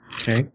Okay